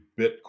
Bitcoin